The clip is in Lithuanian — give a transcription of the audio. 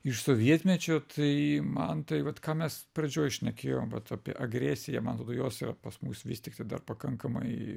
iš sovietmečio tai man tai vat ką mes pradžioj šnekėjom vat apie agresiją man atrodo jos yra pas mus vis tiktai dar pakankamai